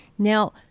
now